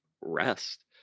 rest